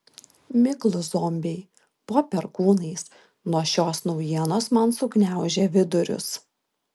miklūs zombiai po perkūnais nuo šios naujienos man sugniaužė vidurius